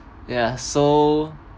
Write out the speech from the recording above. ya so